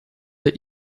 des